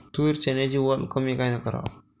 तूर, चन्याची वल कमी कायनं कराव?